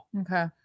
okay